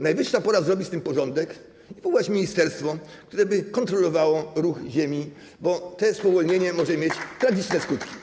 Najwyższa pora zrobić z tym porządek i powołać ministerstwo, które by kontrolowało ruch Ziemi, bo to spowolnienie może mieć tragiczne skutki.